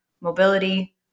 mobility